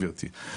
גברתי,